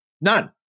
None